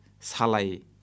salai